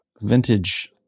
vintage